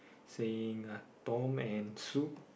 saying uh Tom and Sue